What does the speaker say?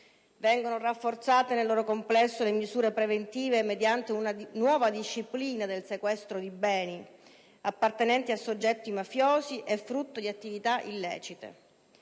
Vengono rafforzate, nel loro complesso, le misure preventive mediante una nuova disciplina del sequestro di beni appartenenti a soggetti mafiosi e frutto di attività illecite.